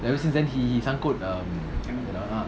ever since then he he sang